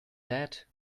that